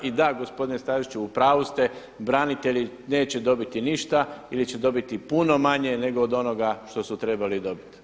I da gospodine Staziću, u pravu ste, branitelji neće dobiti ništa ili će dobiti puno manje nego od onoga što su trebali dobiti.